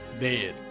dead